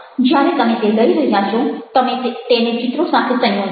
જ્યારે તમે તે લઈ રહ્યા છો તમે તેને ચિત્રો સાથે સંયોજો